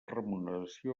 remuneració